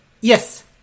Yes